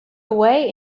away